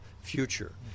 future